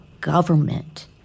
government